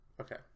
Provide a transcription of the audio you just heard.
Okay